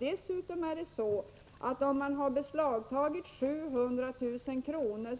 Dessutom är det så att om man har beslagtagit 700 000 kr.